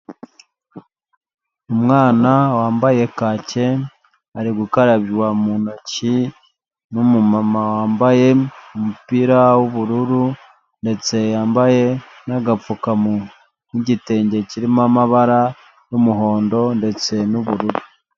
Umwana wambaye kacye ari gukarabywa mu ntoki n'umumama wambaye umupira w'ubururu ndetse yambaye n'agapfukamunwa n'igitenge kirimo amabara y'umuhondo ndetse n'ubururu.